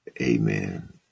Amen